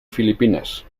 filipinas